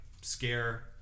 scare